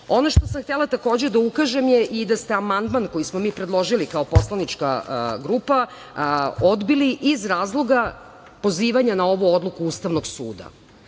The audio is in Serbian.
što sam htela takođe da ukažem je i da ste amandman koji smo mi predložili kao poslanička grupa odbili iz razloga pozivanja na ovu odluku Ustavnog suda.